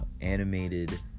animated